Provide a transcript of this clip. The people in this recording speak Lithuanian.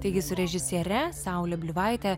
taigi su režisiere saule bliuvaite